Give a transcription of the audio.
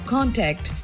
Contact